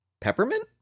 Peppermint